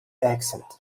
accent